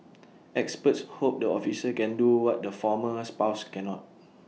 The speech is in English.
experts hope the officer can do what the former spouse cannot